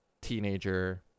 teenager